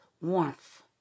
Warmth